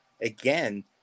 again